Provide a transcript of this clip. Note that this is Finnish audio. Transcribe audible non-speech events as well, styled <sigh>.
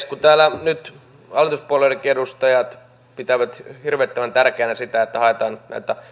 <unintelligible> kun täällä nyt hallituspuolueidenkin edustajat pitävät hirvittävän tärkeänä sitä että haetaan